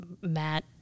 Matt